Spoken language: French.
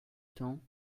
temps